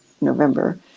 November